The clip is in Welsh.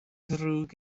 ddrwg